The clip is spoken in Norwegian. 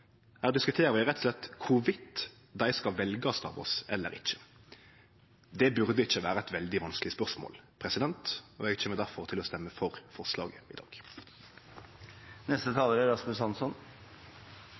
her diskuterer vi rett og slett om dei skal veljast av oss eller ikkje. Det burde ikkje vere eit veldig vanskeleg spørsmål. Eg kjem difor til å stemme for forslaget i dag. Jeg vil bare – veldig kort – ta